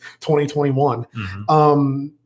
2021